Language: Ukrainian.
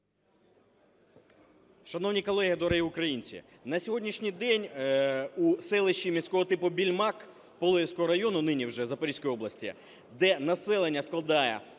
Шановні колеги, дорогі українці! На сьогоднішні день у селищі міського типу Більмак Пологівського району (нині вже) Запорізької області, де населення складає